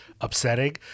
upsetting